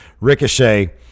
Ricochet